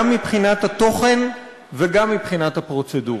גם מבחינת התוכן וגם מבחינת הפרוצדורה.